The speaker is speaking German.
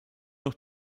noch